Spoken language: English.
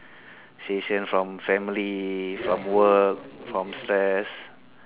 relaxation from family from work from stress